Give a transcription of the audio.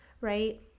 right